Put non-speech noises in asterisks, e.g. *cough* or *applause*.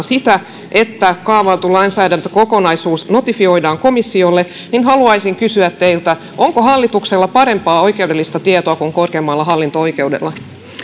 *unintelligible* sitä että kaavailtu lainsäädäntökokonaisuus notifioidaan komissiolle niin haluaisin kysyä teiltä onko hallituksella parempaa oikeudellista tietoa kuin korkeimmalla hallinto oikeudella